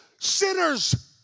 sinners